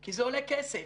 כי זה עולה כסף.